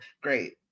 great